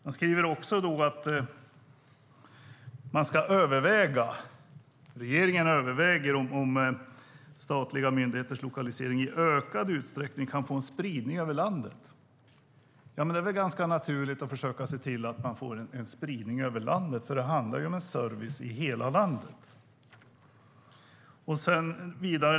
Han skriver också att regeringen överväger "om statliga myndigheters lokalisering i ökad utsträckning kan få en spridning över landet". Men det är väl ganska naturligt att försöka se till att få en spridning över landet, för det handlar ju om en service i hela landet.